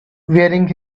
wearing